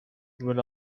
when